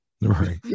Right